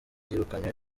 yirukanywe